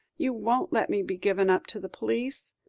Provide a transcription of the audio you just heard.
you won't let me be given up to the police?